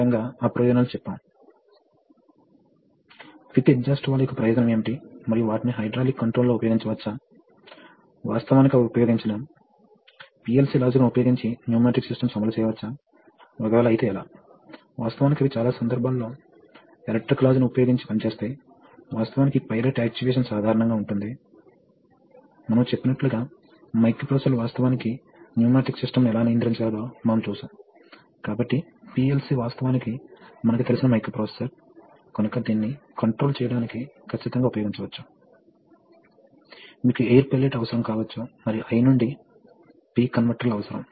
directional valve C యొక్క చిహ్నం యొక్క అన్ని భాగాలను వివరించండి ప్రాథమికంగా చాలా ప్రత్యేకమైనది ఇది రిజనరేటివ్ రెసిప్రొకేటింగ్ సర్క్యూట్ గురించి మాత్రమే డైరెక్షనల్ వాల్వ్కు మాత్రమే నిర్బంధం ఉంది అది ప్రత్యేకమైన విషయం